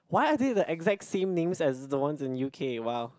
why are they the exact same names as the ones in U_K [wah]